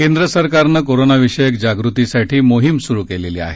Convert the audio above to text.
केंद्र सरकारनं कोरोनाविषयी जागृतीसाठी मोहीम सुरु केली आहे